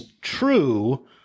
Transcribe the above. true